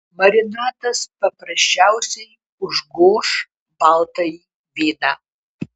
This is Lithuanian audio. marinatas paprasčiausiai užgoš baltąjį vyną